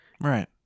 Right